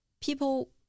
people